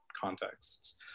contexts